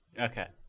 Okay